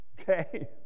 okay